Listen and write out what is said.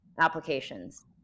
applications